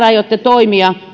aiotte toimia